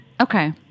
Okay